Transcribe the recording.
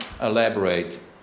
elaborate